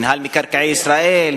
מינהל מקרקעי ישראל,